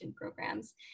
programs